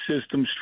system